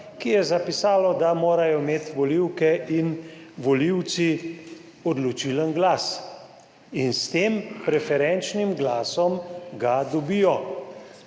ki je zapisalo, da morajo imeti volivke in volivci odločilen glas in s tem preferenčnim glasom ga dobijo.